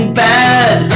bad